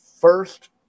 first